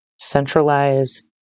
centralize